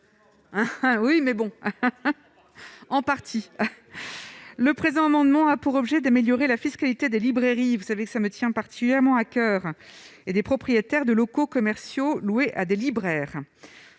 oui mais bon en partie. Le présent amendement a pour objet d'améliorer la fiscalité des librairies, vous savez, ça me tient particulièrement à coeur et des propriétaires de locaux commerciaux loués à des libraires